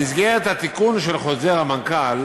במסגרת התיקון של חוזר המנכ"ל